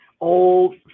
Old